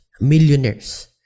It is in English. millionaires